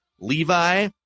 Levi